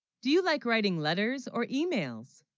do you, like writing letters or emails